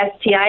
STI